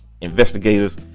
investigators